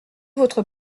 votre